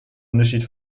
unterschied